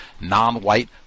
non-white